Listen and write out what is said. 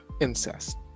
incest